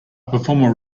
performer